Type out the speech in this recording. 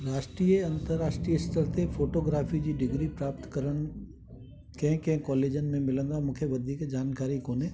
राष्ट्रीय अंतराष्ट्रीय स्तर ते फोटोग्राफी जी डिग्री प्राप्त करण कंहिं कंहिं कॉलेजनि में मिलंदो आहे मूंखे वधीक जानकारी कोन्हे